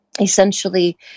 essentially